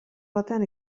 batean